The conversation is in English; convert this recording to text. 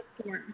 storm